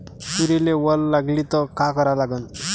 तुरीले वल लागली त का करा लागन?